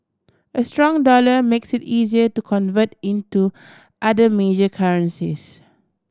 a strong dollar makes it easier to convert into other major currencies